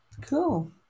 Cool